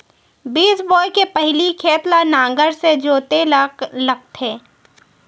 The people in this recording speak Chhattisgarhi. बीज बोय के पहिली खेत ल नांगर से जोतेल लगथे?